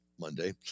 Monday